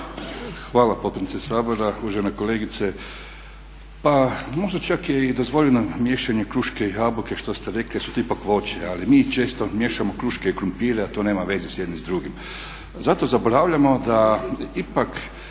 Hvala potpredsjednice Sabora. Uvažena kolegice pa možda čak je i dozvoljeno miješanje krušaka i jabuka što ste rekli jer je to ipak voće ali mi često miješamo kruške i krumpire, a to nema veze jedno s drugim. Zato zaboravljamo da ipak